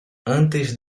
antes